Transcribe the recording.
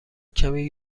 کمی